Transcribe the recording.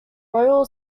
royal